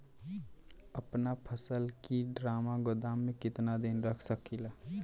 अपना फसल की ड्रामा गोदाम में कितना दिन तक रख सकीला?